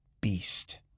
beast